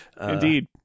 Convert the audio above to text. Indeed